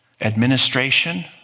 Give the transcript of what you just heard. administration